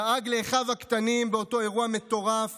דאג לאחיו הקטנים באותו אירוע מטורף